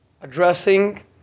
addressing